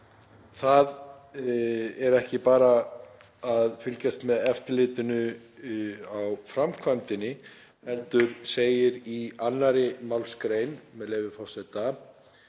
það er ekki bara að fylgjast með eftirlitinu á framkvæmdinni heldur segir í 2. mgr., með leyfi forseta: